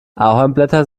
ahornblätter